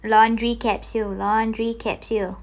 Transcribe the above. laundry capsule laundry capsule